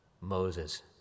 Moses